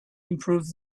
improves